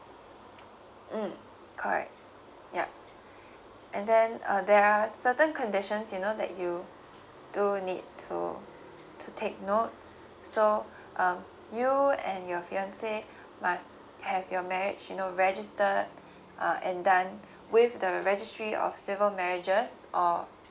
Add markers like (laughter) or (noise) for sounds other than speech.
mm correct yup and then uh there are certain conditions you know that you do need to to take note so (breath) um you and your fiance must have your marriage you know registered uh and done with the registry of civil marriages or